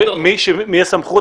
כשמי הסמכות?